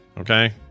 Okay